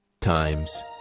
times